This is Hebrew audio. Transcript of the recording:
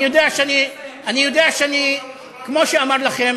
אני יודע שאני, כמו שאמר לכם